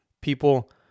people